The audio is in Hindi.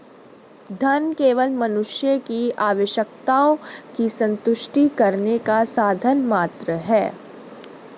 धन केवल मनुष्य की आवश्यकताओं की संतुष्टि करने का साधन मात्र है